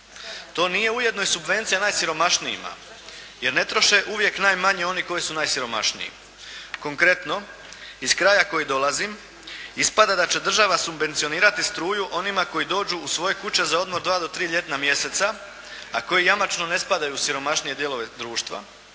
To nije ujedno i subvencija najsiromašnijima jer ne troše uvijek najmanje oni koji su najsiromašniji. Konkretno iz kraja koji dolazim ispada da će država subvencionirati struju onima koji dođu u svoje kuće za odmor u dva do tri ljetna mjeseca, a koji jamačno ne spadaju u siromašnije dijelove društva.